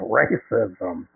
racism